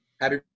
Happy